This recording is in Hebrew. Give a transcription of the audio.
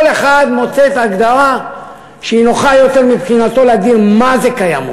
וכל אחד מוצא את ההגדרה שהיא נוחה יותר מבחינתו לקיימות.